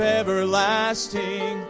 everlasting